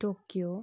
Tokyo